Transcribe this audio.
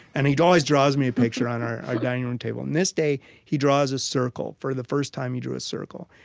and he always draws me a picture on our ah dining room table. and on this day he draws a circle, for the first time, he drew a circle.